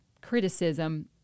criticism